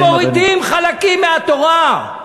אתם מורידים חלקים מהתורה.